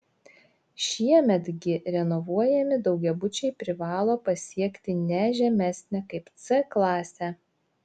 šiemet gi renovuojami daugiabučiai privalo pasiekti ne žemesnę kaip c klasę